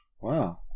Wow